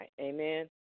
Amen